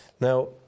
Now